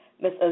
Miss